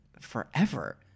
forever